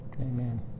Amen